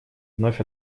вновь